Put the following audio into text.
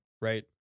right